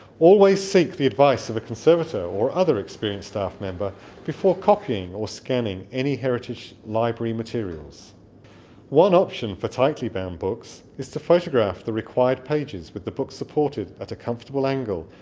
always seek the advice of a conservator, or other experienced staff member before copying or scanning any heritage library materials one option for tightly bound books is to photograph the required pages with the book supported at a comfortable angle.